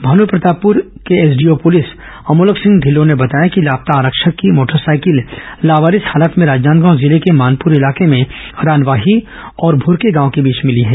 Bhanupratappur SDO police Amolak Singh Dhillon ने बताया लापता आरक्षक की मोटर साइकिल लावारिस हालत में राजनादगांव जिले के मानपूर इलाके में रानवाही और व भूरके गांव के बीच में मिली है